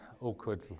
awkward